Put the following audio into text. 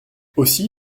aussi